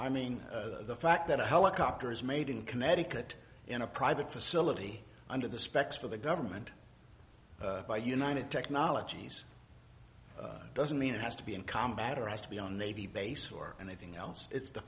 i mean the fact that a helicopter is made in connecticut in a private facility under the specs for the government by united technologies doesn't mean it has to be in combat or has to be on navy base or anything else it's the